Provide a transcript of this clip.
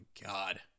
God